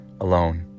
alone